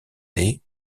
des